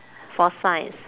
for science